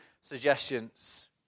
suggestions